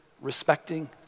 respecting